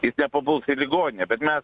jis nepapuls į ligoninę bet mes